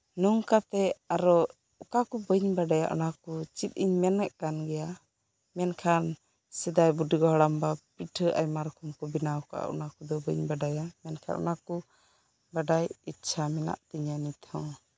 ᱱᱚᱝᱠᱟᱛᱮ ᱟᱨᱚ ᱚᱠᱟ ᱠᱚ ᱵᱟᱹᱧ ᱵᱟᱰᱟᱭᱟ ᱚᱱᱟ ᱠᱚ ᱪᱮᱫ ᱤᱧ ᱢᱮᱱᱮᱜ ᱠᱟᱱ ᱜᱮᱭᱟ ᱢᱮᱱᱠᱷᱟᱱ ᱥᱮᱫᱟᱭ ᱵᱩᱰᱤ ᱜᱚ ᱦᱟᱲᱟᱢ ᱵᱟ ᱯᱤᱴᱷᱟᱹ ᱟᱭᱢᱟ ᱨᱚᱠᱚᱢ ᱠᱚ ᱵᱮᱱᱟᱣ ᱠᱟᱜᱼᱟ ᱚᱱᱟ ᱠᱚᱫᱚ ᱵᱟᱹᱧ ᱵᱟᱰᱟᱭᱟ ᱢᱮᱱᱠᱷᱟᱱ ᱚᱱᱟ ᱠᱚ ᱵᱟᱰᱟᱭ ᱤᱪᱪᱷᱟ ᱢᱮᱱᱟᱜ ᱛᱤᱧᱟ ᱱᱤᱛ ᱦᱚᱸ